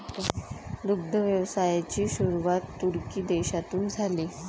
दुग्ध व्यवसायाची सुरुवात तुर्की देशातून झाली